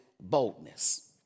boldness